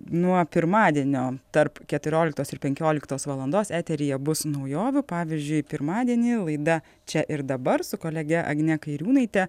nuo pirmadienio tarp keturioliktos ir penkioliktos valandos eteryje bus naujovių pavyzdžiui pirmadienį laida čia ir dabar su kolege agne kairiūnaite